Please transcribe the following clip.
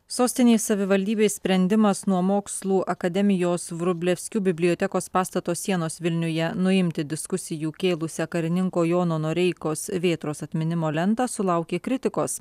sostinės savivaldybės sprendimas nuo mokslų akademijos vrublevskių bibliotekos pastato sienos vilniuje nuimti diskusijų kėlusią karininko jono noreikos vėtros atminimo lentą sulaukė kritikos